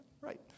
Right